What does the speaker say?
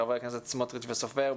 חברי הכנסת סמוטריץ' וסופר,